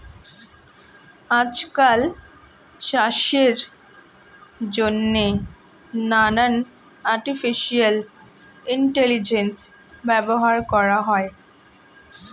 আজকাল চাষের জন্যে নানান আর্টিফিশিয়াল ইন্টেলিজেন্স ব্যবহার করা হয়